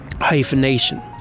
Hyphenation